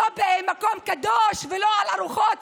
לא במקום קדוש ולא על ארוחות.